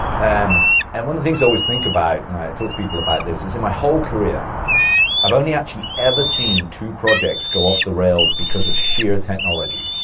and and one of the things i always think about, and i talk to people about this, is in my whole career i've only actually ever seen two projects go off the rails because of sheer technology,